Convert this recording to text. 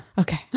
Okay